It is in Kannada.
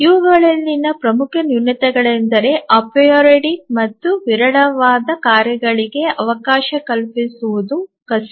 ಇವುಗಳಲ್ಲಿನ ಪ್ರಮುಖ ನ್ಯೂನತೆಗಳೆಂದರೆ ಅಪೆರಿಯೊಡಿಕ್ ಮತ್ತು ವಿರಳವಾದ ಕಾರ್ಯಗಳಿಗೆ ಅವಕಾಶ ಕಲ್ಪಿಸುವುದು ಕಷ್ಟ